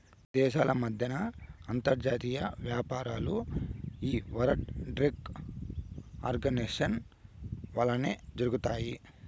దేశాల మద్దెన అంతర్జాతీయ యాపారాలు ఈ వరల్డ్ ట్రేడ్ ఆర్గనైజేషన్ వల్లనే జరగతాయి